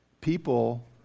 People